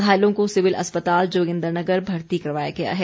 घायलों को सिविल अस्पताल जोगिन्द्रनगर भर्ती करवाया गया है